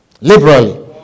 Liberally